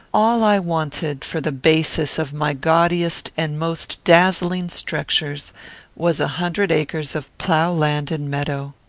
all i wanted for the basis of my gaudiest and most dazzling structures was a hundred acres of plough-land and meadow.